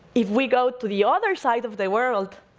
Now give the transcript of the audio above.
if we go to the other side of the world,